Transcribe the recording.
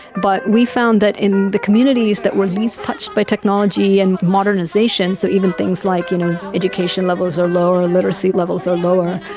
but we found that in the communities that were least touched by technology and modernisation, so even things like you know education levels are lower, literacy levels are lower,